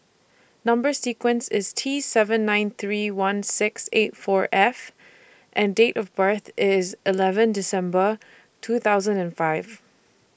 Number sequence IS T seven nine three one six eight four F and Date of birth IS eleven December two thousand and five